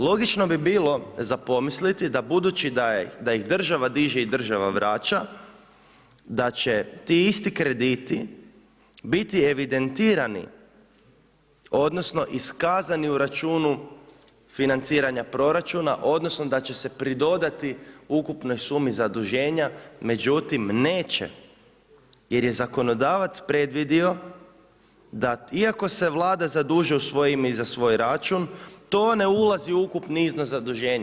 Logično bi bilo za pomisliti da budući da ih država diže i država vraća, da će ti isti krediti biti evidentirani odnosno iskazani u računu financiranja proračuna odnosno da će se pridodati ukupnoj sumi zaduženja, međutim neće jer je zakonodavac predvidio da iako se Vlada zadužuje u svoje ime i za svoj račun to ne ulazi u ukupni iznos zaduženja.